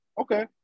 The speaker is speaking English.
okay